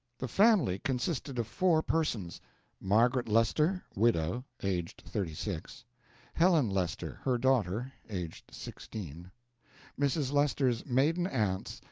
the family consisted of four persons margaret lester, widow, aged thirty six helen lester, her daughter, aged sixteen mrs. lester's maiden aunts,